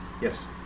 Yes